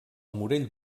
morell